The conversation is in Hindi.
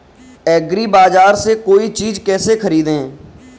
एग्रीबाजार से कोई चीज केसे खरीदें?